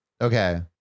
Okay